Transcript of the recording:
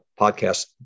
podcast